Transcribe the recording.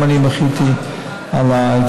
לנו אם המהלך הזה מחליף את הממשלה.